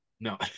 No